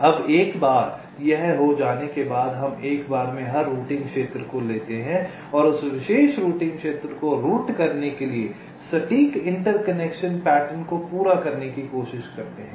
अब एक बार यह हो जाने के बाद हम एक बार में हर रूटिंग क्षेत्र को लेते हैं और उस विशेष रूटिंग क्षेत्र को रूट करने के लिए सटीक इंटरकनेक्शन पैटर्न को पूरा करने की कोशिश करते हैं